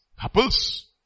Couples